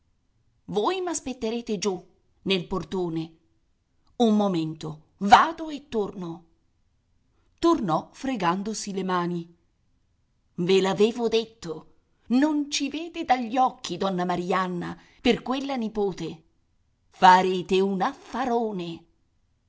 l'uscio voi m'aspetterete giù nel portone un momento vado e torno tornò fregandosi le mani ve l'avevo detto non ci vede dagli occhi donna marianna per quella nipote farete un affarone